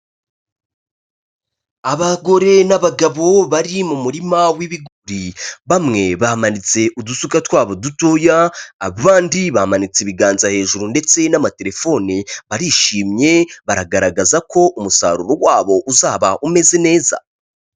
Abagore n'abagabo bari mu murima w'ibigori, bamwe bamanitse udusuka twabo dutoya, abandi bamanitse ibiganza hejuru ndetse n'amatelefoni, barishimye, baragaragaza ko umusaruro wabo uzaba umeze neza.